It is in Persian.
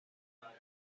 توانند